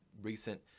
recent